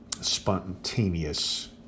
spontaneous